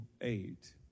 eight